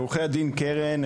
עורכי הדין קרן,